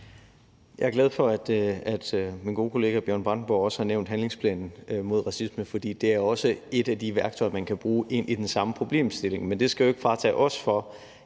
Jeg er glad for, at min gode kollega Bjørn Brandenborg også har nævnt handlingsplanen mod racisme, for det er også et af de værktøjer, man kan bruge i den samme problemstilling. Men det skal jo ikke fratage os i